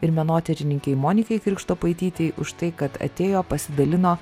ir menotyrininkei monika krikštopaitytei už tai kad atėjo pasidalino